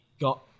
got